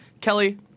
Kelly